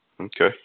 Okay